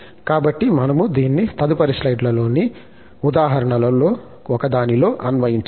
కాబట్టి మనము దీన్ని తదుపరి స్లైడ్లోని ఉదాహరణలలో ఒకదానిలో అన్వయించవచ్చు